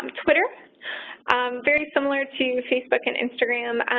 um twitter very similar to facebook and instagram.